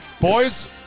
Boys